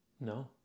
no